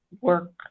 work